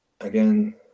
again